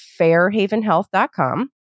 fairhavenhealth.com